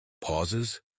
Pauses